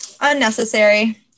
unnecessary